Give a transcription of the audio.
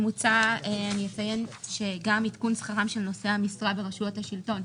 אני אציין שגם עדכון שכרם של נושאי המשרה ברשויות השלטון,